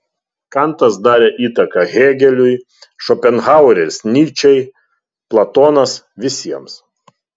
kantas darė įtaką hėgeliui šopenhaueris nyčei platonas visiems